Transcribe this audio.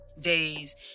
days